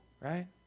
right